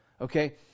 Okay